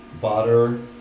butter